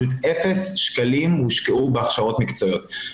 פשוט אפס שקלים הושקעו בהכשרות מקצועיות.